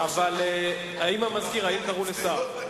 המזכיר, האם קראו לשר?